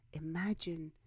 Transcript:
imagine